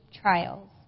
trials